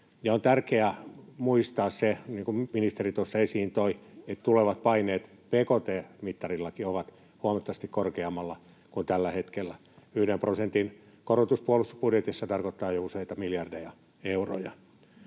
tuossa esiin toi, että ne tulevat paineet bkt-mittarillakin ovat huomattavasti korkeammalla kuin tällä hetkellä. Yhden prosentin korotus puolustusbudjetissa tarkoittaa jo useita miljardeja euroja.